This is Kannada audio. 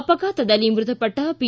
ಅಪಘಾತದಲ್ಲಿ ಮೃತಪಟ್ಟ ಪಿ